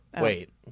Wait